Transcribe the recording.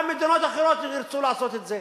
גם מדינות אחרות ירצו לעשות את זה.